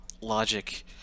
logic